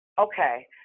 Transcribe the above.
Okay